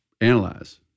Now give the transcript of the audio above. analyze